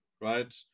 right